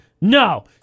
no